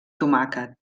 tomàquet